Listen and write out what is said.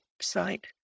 site